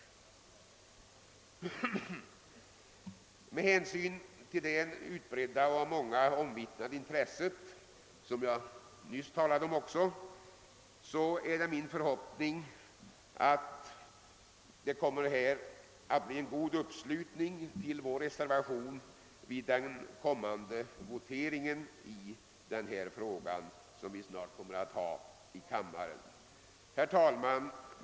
Med hänsyn till det utbredda, av många omvittnade intresset — vilket jag nyss talade om — är det min förhoppning att det kommer att bli en god uppslutning kring vår reservation vid den kommande voteringen i detta ärende. Herr talman!